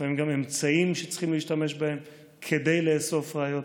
לפעמים גם אמצעים שצריכים להשתמש בהם כדי לאסוף ראיות.